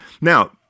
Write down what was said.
Now